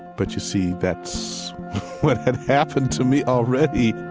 but you see that's what had happened to me already